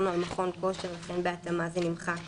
למעט